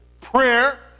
prayer